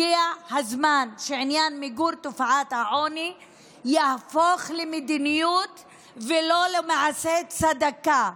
הגיע הזמן שעניין מיגור תופעת העוני יהפוך למדיניות ולא למעשה צדקה.